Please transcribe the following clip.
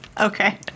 Okay